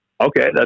okay